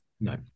No